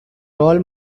role